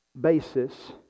basis